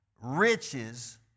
riches